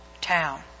town